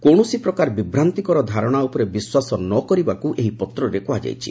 କୌଣସି ପ୍ରକାର ବିଭ୍ରାନ୍ତିକର ଧାରଶା ଉପରେ ବିଶ୍ୱାସ ନ କରିବାକୁ ଏହି ପତ୍ରରେ କୁହାଯାଇଛି